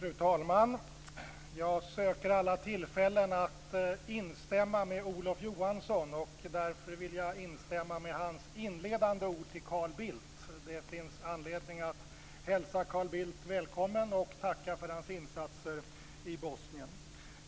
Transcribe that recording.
Fru talman! Jag söker alla tillfällen att instämma med Olof Johansson. Därför vill jag instämma med hans inledande ord till Carl Bildt. Det finns anledning att hälsa Carl Bildt välkommen och tacka för hans insatser i Bosnien.